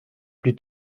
plus